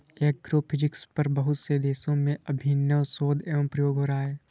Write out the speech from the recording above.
agrophysics पर बहुत से देशों में अभिनव शोध एवं प्रयोग हो रहा है